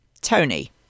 Tony